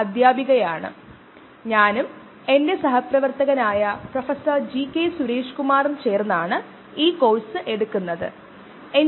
cancer കോശങ്ങളെ കൊല്ലുന്ന മരുന്നുകളെ ടാർഗെറ്റുചെയ്യാൻ മോണോക്ലോണൽ ആന്റിബോഡികൾ ഉപയോഗിക്കുന്നുവെന്ന് നമ്മൾ പറഞ്ഞു